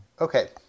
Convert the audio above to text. Okay